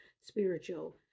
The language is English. spiritual